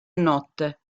notte